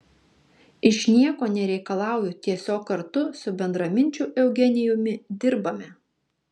iš nieko nereikalauju tiesiog kartu su bendraminčiu eugenijumi dirbame